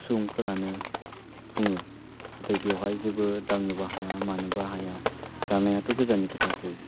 सुबुंफोरानो बुङो दा बेवहाय जेबो दांनोबो हाया मानोबो हाया जानायाथ' गोजाननि खोथासै